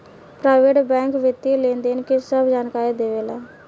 private bank वित्तीय लेनदेन के सभ जानकारी देवे ला